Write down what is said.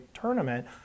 tournament